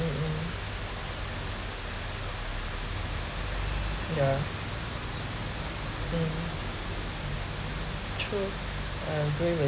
mm mm ya mm true I agree with